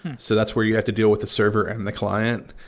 so, that's where you have to deal with the server and the client.